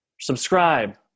subscribe